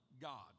God